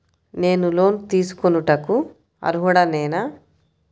నేను లోన్ తీసుకొనుటకు అర్హుడనేన?